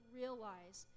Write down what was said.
realize